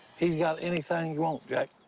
he's got anything you want, jack.